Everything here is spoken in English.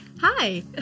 Hi